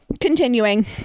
continuing